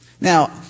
Now